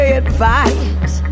advice